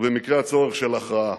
ובמקרה הצורך של הכרעה.